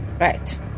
Right